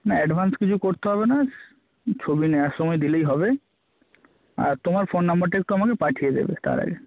না অ্যাডভান্স কিছু করতে হবে না ছবি নেওয়ার সময় দিলেই হবে আর তোমার ফোন নাম্বারটা একটু আমাকে পাঠিয়ে দেবে তার আগে